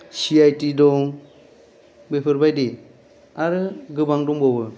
सिआइति दं बेफोरबायदि आरो गोबां दंबावो